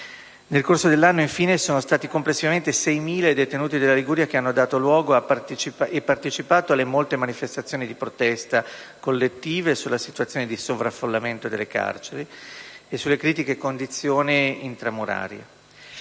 Nel corso dell'anno, infine, sono stati complessivamente 6.000 i detenuti della Liguria che hanno dato luogo e partecipato alle molte manifestazioni di protesta collettive sulla situazione di sovraffollamento delle carceri e sulle critiche condizioni intramurarie.